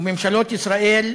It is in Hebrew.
וממשלות ישראל,